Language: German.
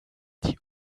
die